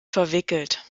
verwickelt